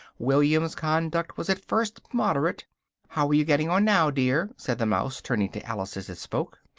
william's conduct was at first moderate how are you getting on now, dear? said the mouse, turning to alice as it spoke.